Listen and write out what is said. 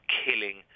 killing